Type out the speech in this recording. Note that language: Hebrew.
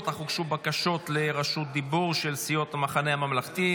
אך הוגשו בקשות לרשות דיבור של סיעת המחנה הממלכתי,